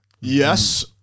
yes